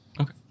Okay